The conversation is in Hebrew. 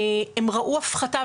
הם ראו הפחתה,